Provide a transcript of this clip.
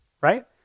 right